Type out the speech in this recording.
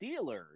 Steelers